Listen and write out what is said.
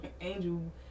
Angel